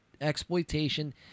exploitation